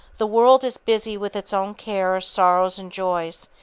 the world is busy with its own cares, sorrows and joys,